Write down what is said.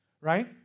right